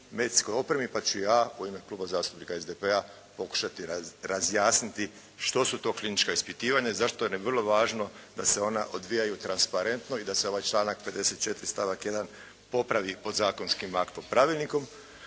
medicinskoj opremi pa ću ja u ime Kluba zastupnika SDP-a pokušati razjasniti što su to klinička ispitivanja i zašto nam je vrlo važno da se ona odvijaju transparentno i da se ovaj članak 54. stavak 1. popravi pod zakonskim aktom pravilnikom.